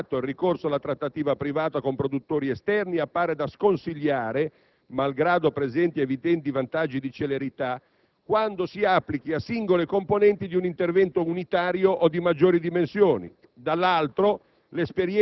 da un lato, il ricorso alla trattativa privata con produttori esterni appare da sconsigliare - malgrado presenti evidenti vantaggi di celerità - quando si applichi a singole componenti di un intervento unitario o di maggiori dimensioni.